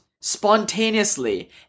spontaneously